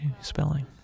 Spelling